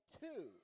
two